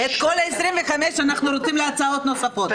-- את כל -25 אנחנו רוצים להצעות נוספות.